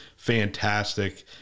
Fantastic